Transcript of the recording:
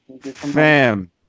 Fam